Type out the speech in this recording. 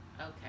Okay